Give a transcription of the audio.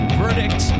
verdict